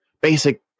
basic